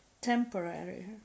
temporary